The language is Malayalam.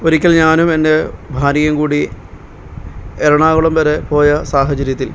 ഒരിക്കൽ ഞാനും എൻ്റെ ഭാര്യയും കൂടി എറണാകുളം വരെ പോയ സാഹചര്യത്തിൽ